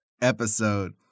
episode